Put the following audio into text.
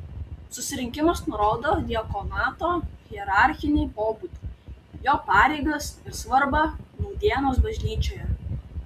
susirinkimas nurodo diakonato hierarchinį pobūdį jo pareigas ir svarbą nūdienos bažnyčioje